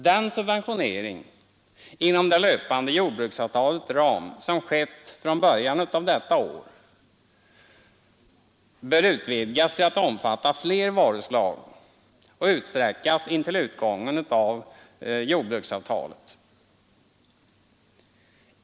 Den subventionering inom det löpande jordbruksavtalets ram, som skett från början av detta år, bör utvidgas till att omfatta fler varuslag och utsträckas intill utgången av jordbruksavtalet.